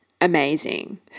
amazing